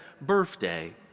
birthday